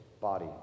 body